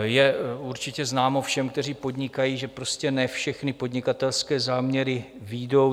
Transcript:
Je určitě známo všem, kteří podnikají, že prostě ne všechny podnikatelské záměry vyjdou.